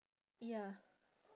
ya